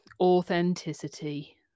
authenticity